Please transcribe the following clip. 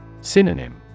Synonym